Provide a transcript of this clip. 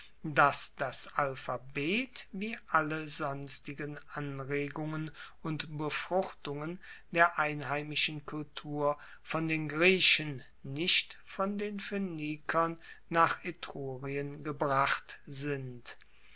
dass das alphabet wie alle sonstigen anregungen und befruchtungen der einheimischen kultur von den griechen nicht von den phoenikern nach etrurien gebracht sind